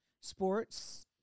Sports